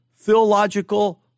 theological